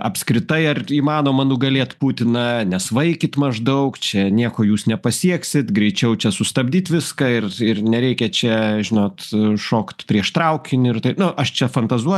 apskritai ar įmanoma nugalėt putiną nesvaikit maždaug čia nieko jūs nepasieksit greičiau čia sustabdyt viską ir ir nereikia čia žinot šokt prieš traukinį ir tai nu aš čia fantazuo